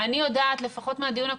אני יודעת, לפחות מהדיון הקודם,